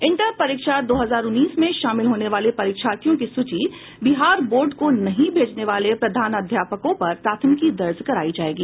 inter परीक्षा दो हजार उन्नीस में शामिल होने वाले परिक्षार्थियों की सूची बिहार बोर्ड को नहीं भेजने वाले प्रधानाध्यापकों पर प्राथमिकी दर्ज करायी जायेगी